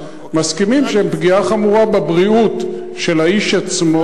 מסכימים שהם פגיעה חמורה בבריאות של האיש עצמו,